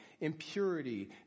impurity